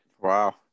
Wow